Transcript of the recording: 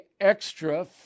extra